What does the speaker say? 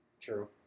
true